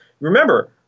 remember